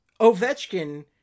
Ovechkin